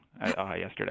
yesterday